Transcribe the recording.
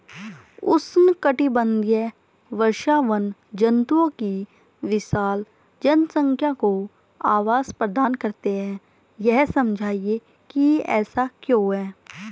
उष्णकटिबंधीय वर्षावन जंतुओं की विशाल जनसंख्या को आवास प्रदान करते हैं यह समझाइए कि ऐसा क्यों है?